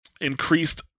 increased